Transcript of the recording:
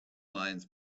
lines